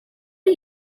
are